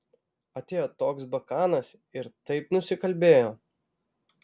atėjo toks bakanas ir taip nusikalbėjo